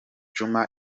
juma